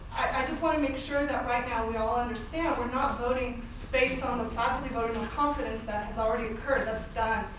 i just want to make sure that right know we all understand we're not voting based on the faculty voting no confidence that has already occurred. that's done.